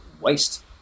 waste